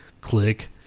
click